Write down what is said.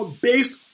Based